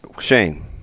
Shane